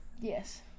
Yes